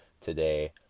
today